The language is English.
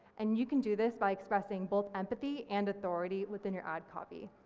and you can do this by expressing both empathy and authority within your ad copy.